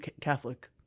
Catholic